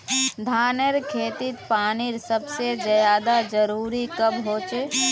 धानेर खेतीत पानीर सबसे ज्यादा जरुरी कब होचे?